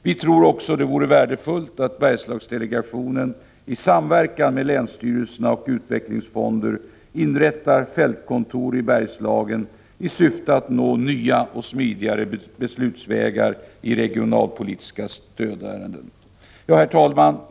Vitror också att det vore värdefullt om Bergslagsdelegationen i samverkan med länsstyrelserna och utvecklingsfonder inrättade fältkontor i Bergslagen i syfte att nå nya och smidigare beslutsvägar i regionalpolitiska stödärenden. Herr talman!